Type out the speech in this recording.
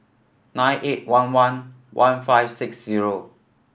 nine eight one one one five six zero